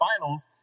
finals